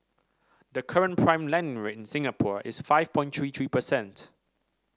the current prime lending rate in Singapore is five point three three percent